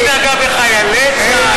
מי נגע בחיילי צה"ל?